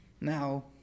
Now